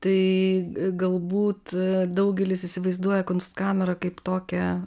tai galbūt daugelis įsivaizduoja kunstkamerą kaip tokią